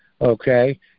okay